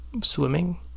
Swimming